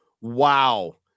Wow